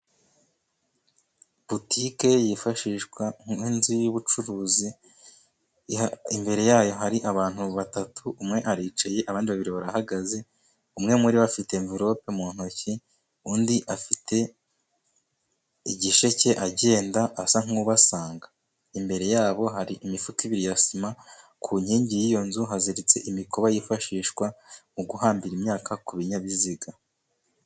Butike yifashishwa nk'inzu y'ubucuruzi, imbere yayo hari abantu batatu umwe aricaye abandi babiri barahagaze umwe muribo afite amvelope mu ntoki,, undi afite igisheke agenda asa nk'ubasanga imbere yabo hari imifuka abyiri ya sima, ku nkingi y'iyo nzu haziritse imikoba yifashishwa mu guhambira imyaka ku binyabiziga.